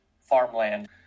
farmland